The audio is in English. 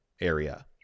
area